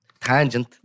tangent